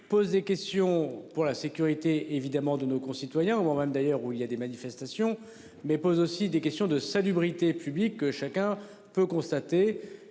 poser question pour la sécurité évidemment de nos concitoyens. Avant même d'ailleurs où il y a des manifestations, mais pose aussi des questions de salubrité publique que chacun peut constater